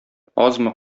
азмы